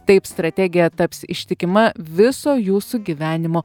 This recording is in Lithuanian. taip strategija taps ištikima viso jūsų gyvenimo